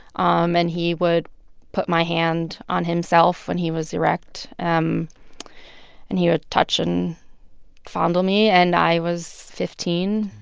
um and he would put my hand on himself when he was erect, um and he would touch and fondle me. and i was fifteen,